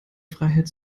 freiheit